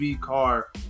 car